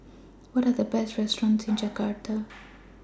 What Are The Best restaurants in Jakarta